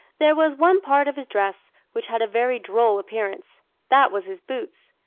there was one part of his dress which had a very droll appearance that was his boots.